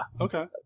Okay